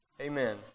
Amen